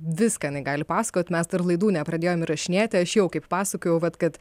viską jinai gali pasakot mes dar laidų nepradėjom įrašinėti aš jau kaip pasakojau vat kad